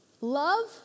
Love